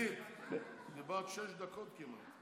חברת הכנסת שטרית, דיברת שש דקות כמעט.